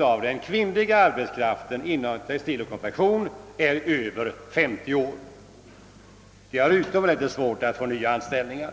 av den kvinnliga arbetskraften inom textiloch konfektionsindustrin är över 50 år. De har utomordentligt svårt att få nya anställningar.